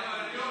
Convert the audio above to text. כן, אבל היום,